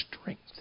strength